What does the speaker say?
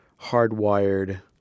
hardwired